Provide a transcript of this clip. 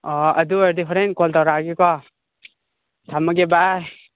ꯑꯗꯨ ꯑꯣꯏꯔꯗꯤ ꯍꯣꯔꯦꯟ ꯀꯣꯜ ꯇꯧꯔꯛꯑꯒꯦꯀꯣ ꯊꯝꯃꯒꯦ ꯕꯥꯏ